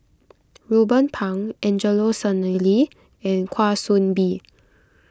Ruben Pang Angelo Sanelli and Kwa Soon Bee